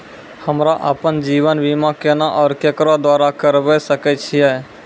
हमरा आपन जीवन बीमा केना और केकरो द्वारा करबै सकै छिये?